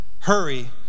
Hurry